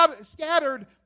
scattered